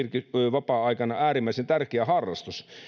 vapaa aikana äärimmäisen tärkeä harrastus